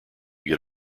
get